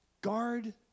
Guard